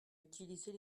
utiliser